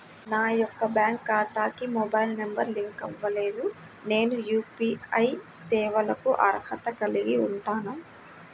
నా యొక్క బ్యాంక్ ఖాతాకి మొబైల్ నంబర్ లింక్ అవ్వలేదు నేను యూ.పీ.ఐ సేవలకు అర్హత కలిగి ఉంటానా?